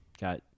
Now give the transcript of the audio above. got